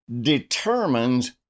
determines